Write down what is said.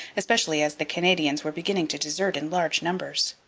especially as the canadians were beginning to desert in large numbers.